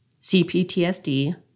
CPTSD